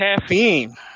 caffeine